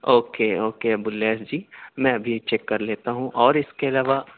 okay okay Abul Lais ji میں ابھی check کرلیتا ہوں اور اس کے علاوہ